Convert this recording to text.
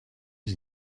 was